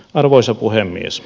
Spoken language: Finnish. arvoisa puhemies